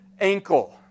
ankle